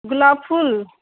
गुलाब फूल